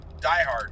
diehard